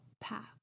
path